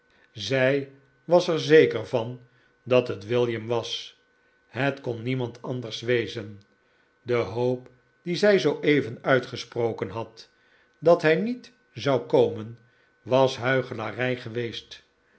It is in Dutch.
zij was er zeker van dat het william was het kon niemand anders wezen de hoop die zij zooeven uitgesproken had dat hij niet zou komen was huichelarij geweest